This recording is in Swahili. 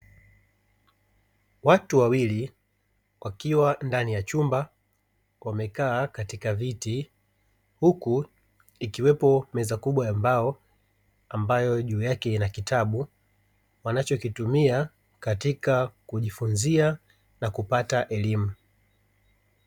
Watu wawili wakiwa ndani ya chumba wamekaa katika viti; huku ikiwepo meza kubwa ya mbao ambayo juu yake ina kitabu wanachokitumia katika kujifunzia na kupata elimu.